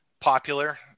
popular